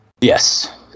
Yes